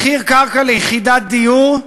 מחיר קרקע ליחידת דיור,